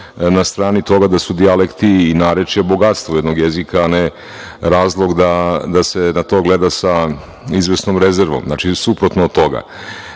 na strani toga da su dijalekti i narečje bogatstvo jednog jezika, a ne razlog da se na to gleda sa izvesnom rezervom, znači suprotno od toga. Preko